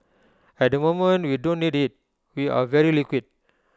at the moment we don't need IT we are very liquid